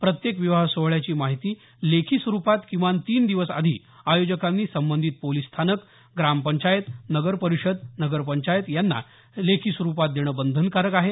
प्रत्येक विवाह सोहळ्याची माहिती लेखी स्वरूपात किमान तीन दिवस आधी आयोजकांनी संबंधित पोलिस स्टेशन ग्रामपंचायत नगरपरिषद नगरपंचायत यांना लेखी स्वरूपात देणं बंधनकारक आहे